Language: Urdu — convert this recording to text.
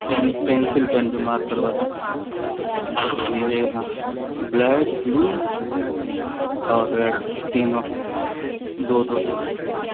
پین پینسل پین جو مارکر والا مارکر دیجیے گا ہاں بلیک بلیو اور ریڈ تینوں دو دو دے دیجیے گا